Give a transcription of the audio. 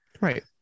Right